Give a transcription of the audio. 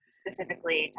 specifically